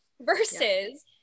versus